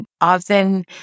often